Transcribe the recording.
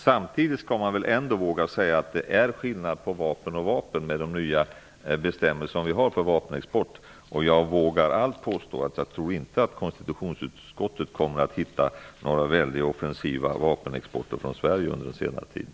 Jag vågar ändå säga att det är skillnad på vapen och vapen i de nya bestämmelserna för vapenexport. Jag vågar allt påstå att jag inte tror att konstitutionsutskottet kommer att hitta några väldiga offensiva vapenexporter från Sverige under den senare tiden.